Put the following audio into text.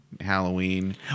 Halloween